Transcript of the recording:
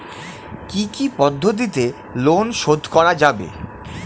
কি কি পদ্ধতিতে লোন শোধ করা যাবে?